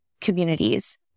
communities